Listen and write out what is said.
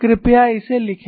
कृपया इसे लिखें